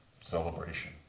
celebration